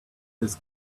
this